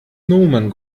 nomen